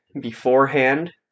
beforehand